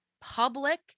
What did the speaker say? public